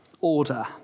order